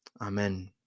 Amen